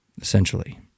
essentially